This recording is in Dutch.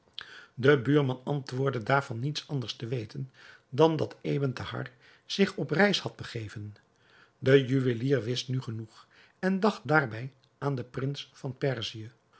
de buurman antwoordde daarvan niets anders te weten dan dat ebn thahar zich op reis had begeven de juwelier wist nu genoeg en dacht daarbij aan den prins van perzië